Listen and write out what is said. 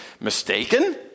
mistaken